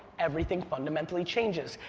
everything fundamentally changes.